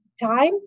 time